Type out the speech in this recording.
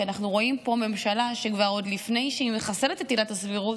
כי אנחנו רואים פה ממשלה שכבר עוד לפני שהיא מחסלת את עילת הסבירות